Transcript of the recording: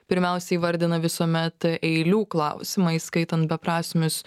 pirmiausiai įvardina visuomet eilių klausimą įskaitant beprasmius